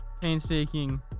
painstaking